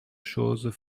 choses